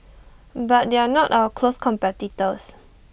but they are not our close competitors